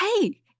hey